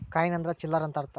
coin ಅಂದ್ರ ಚಿಲ್ಲರ್ ಅಂತ ಅಂತಾರ